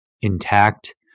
intact